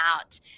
out